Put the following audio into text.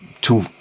two